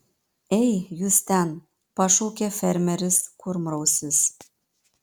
ei jūs ten pašaukė fermeris kurmrausis